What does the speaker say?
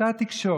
אותה תקשורת,